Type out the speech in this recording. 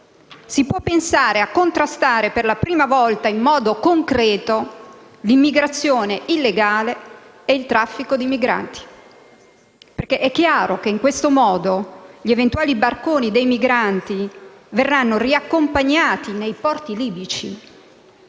si può pensare a contrastare per la prima volta in modo concreto l'immigrazione illegale e il traffico di migranti. È chiaro, infatti, che in questo modo gli eventuali barconi dei migranti verranno riaccompagnati nei porti libici.